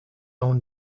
own